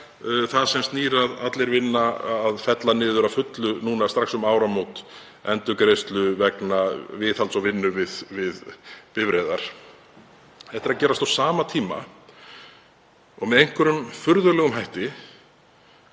það sem snýr að Allir vinna. Það að fella niður að fullu strax nú um áramót endurgreiðslu vegna viðhalds og vinnu við bifreiðar er að gerast á sama tíma og með einhverjum furðulegum hætti,